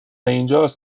اینجاست